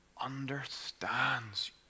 understands